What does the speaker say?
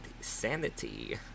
sanity